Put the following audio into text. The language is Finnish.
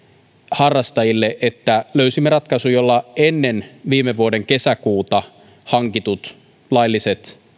harrastajille löysimme ratkaisun jolla ennen viime vuoden kesäkuuta hankittujen laillisten